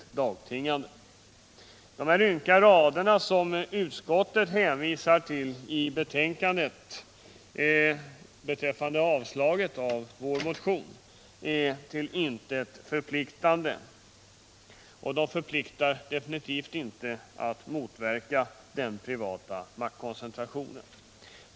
De ynka rader som utskottet hänvisar till i betänkandet beträffande avstyrkandet av vår motion är till intet förpliktande — och de förpliktar definitivt inte till att motverka den privata maktkoncentrationen.